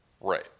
Right